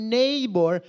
neighbor